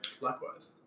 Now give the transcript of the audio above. Likewise